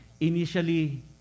Initially